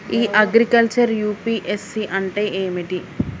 ఇ agriculture UPSC అంటే ఏమిటి?